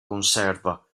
conserva